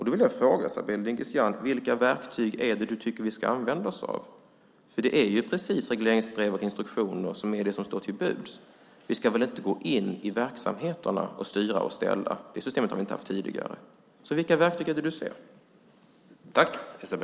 Då vill jag fråga Esabelle Dingizian: Vilka verktyg tycker du att vi ska använda oss av? Det är ju precis regleringsbrev och instruktioner som står till buds. Vi ska väl inte gå in i verksamheterna och styra och ställa. Det systemet har vi inte haft tidigare. Vilka verktyg vill du se?